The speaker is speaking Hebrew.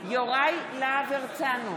יוראי להב הרצנו,